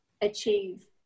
achieve